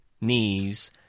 knees